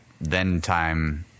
then-time